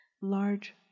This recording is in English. large